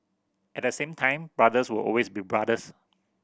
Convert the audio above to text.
at the same time brothers will always be brothers